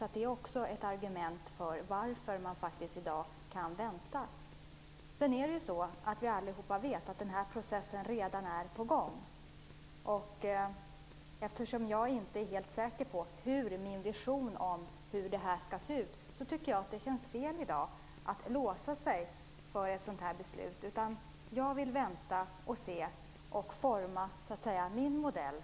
Det är också ett argument för varför man faktiskt kan vänta i dag. Sedan vet vi ju alla att den här processen redan är på gång. Eftersom jag inte är helt säker på hur min vision av det här skall se ut, tycker jag att det känns fel i dag att låsa sig för ett sådant här beslut. Jag vill vänta och se och forma min modell.